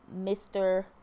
Mr